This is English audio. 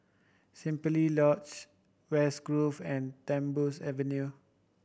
Simply Lodge West Grove and Tembusu Avenue